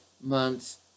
months